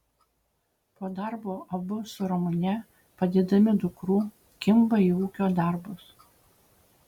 po darbo abu su ramune padedami dukrų kimba į ūkio darbus